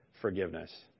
forgiveness